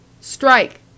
Strike